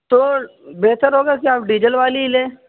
تو بہتر ہوگا کہ آپ ڈیزل والی ہی لیں